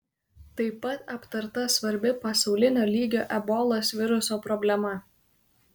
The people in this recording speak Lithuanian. tai pat aptarta svarbi pasaulinio lygio ebolos viruso problema